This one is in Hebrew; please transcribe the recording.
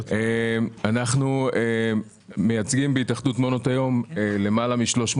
אנחנו מייצגים בהתאחדות מעונות היום למעלה מ-350